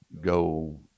go